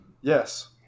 Yes